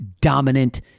dominant